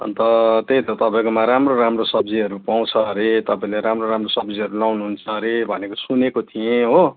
अन्त त्यही त तपाईँकोमा राम्रो राम्रो सब्जीहरू पाउँछ अरे तपाईँले राम्रो राम्रो सब्जीहरू लाउनु हुन्छ अरे भनेको सुनेको थिएँ हो